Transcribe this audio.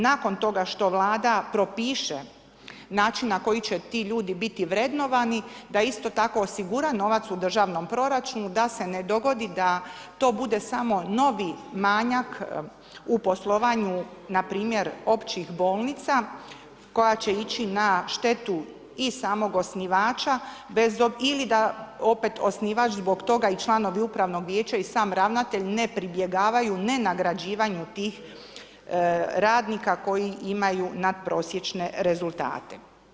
Nakon toga što Vlada propiše na koji način će ti ljudi biti vrednovani, da isto tako osigura novac u državnom proračunu da se ne dogodi da to bude novi manjak u poslovanju npr. općih bolnica koja će ići na štetu i samog osnivača ili da opet osnivač zbog toga i članovi upravnog vijeća i sam ravnatelj ne pribjegavaju ne nagrađivanju tih radnika koji imaju nadprosječne rezultate.